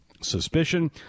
suspicion